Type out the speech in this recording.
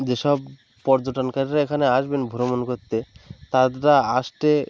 যেসব পর্যটকরা এখানে আসবেন ভ্রমণ করতে তারা আসতে